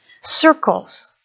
Circles